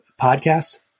podcast